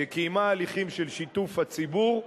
שקיימה הליכים של שיתוף הציבור,